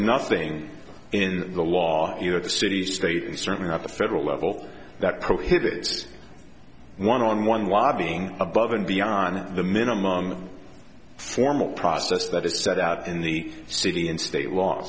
nothing in the law either the city state and certainly not the federal level that prohibits one on one lobbying above and beyond the minimum formal process that is set out in the city and state law